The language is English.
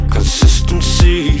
Consistency